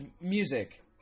music